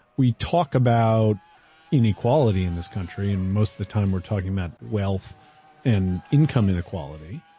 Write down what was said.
we talk about inequality in this country and most of the time we're talking about wealth and income inequality,